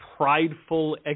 prideful